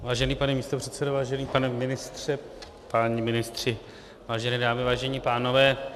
Vážený pane místopředsedo, vážený pane ministře, páni ministři, vážené dámy, vážení pánové.